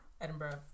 Edinburgh